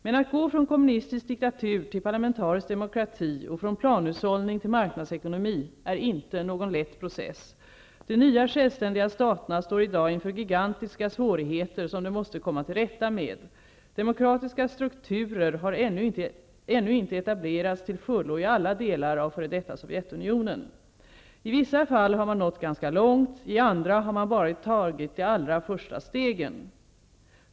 Men att gå från kommunistisk diktatur till parlamentarisk demokrati och från planhushållning till marknadsekonomi är inte någon lätt process. De nya, självständiga staterna står i dag inför gigantiska svårigheter som de måste komma till rätta med. Demokratiska strukturer har ännu inte etablerats till fullo i alla delar av f.d. Sovjetunionen. I vissa fall har man nått ganska långt, i andra har man bara tagit de allra första stegen.